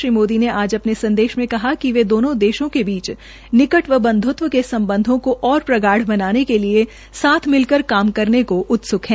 श्री मोदी ने आज अपने संदेश में कहा कि वे दोनों देशों के बीच निकट और बंध्त्व के सम्बधों को और प्रगाढ़ बनाने के लिए साथ मिलकर काम करने का उत्सुक है